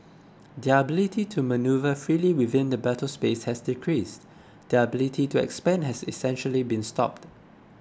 their ability to manoeuvre freely within the battle space has decreased their ability to expand has essentially been stopped